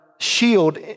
shield